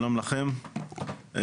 שלום לכם,